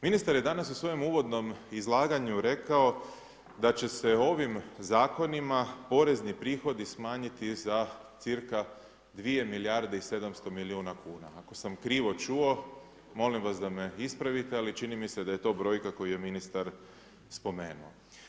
Ministar je danas u svojem uvodnom izlaganju rekao da će se ovim zakonima porezni prihodi smanjiti za cca 2 milijarde i 700 miliona kuna, ako sam krivo čuo molim vas da me ispravite, ali čini mi se da je to brojka koju je ministar spomenuo.